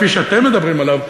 כפי שאתם מדברים עליו,